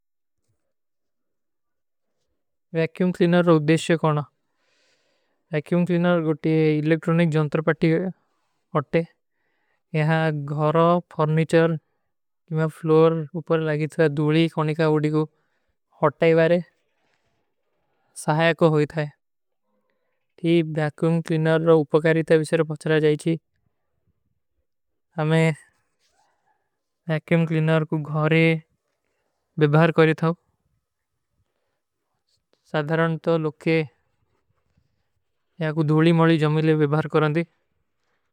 Vacuum cleaner ରୋ ଉଦେଶ କରନା। ଵ୍ଯାକ୍ଯୂମ କ୍ଲିନର ଗୋଟୀ ଇଲେକ୍ଟ୍ରୋନିକ ଜନ୍ତରପାଟୀ ହୋତେ। ଯହାଁ ଘରା, ଫର୍ମୀଚଲ, ତୁମ୍ହାଁ ଫ୍ଲୋର ଉପର ଲାଗିତ ହୈ। ଦୂଲୀ କନିକା ଉଡିକୋ ହୋତା ହୀ ବାରେ। ସହାଯା କୋ ହୋଈ ଥାଏ। ଯହ ଵ୍ଯାକ୍ଯୂମ କ୍ଲିନର ରୋ ଉପକାରୀତା ଵିଶେର ପଚ୍ଚରା ଜାଏଚୀ। ହମେଂ ଵ୍ଯାକ୍ଯୂମ କ୍ଲିନର କୋ ଘରେ ଵିଭାର କରେ ଥାଓ। ସାଧରାଂତ ଲୋକେ ଯହାଁ କୋ ଦୂଲୀ ମଲୀ ଜମିଲେ ଵିଭାର କରନେ ଦେ।